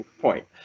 Point